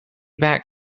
back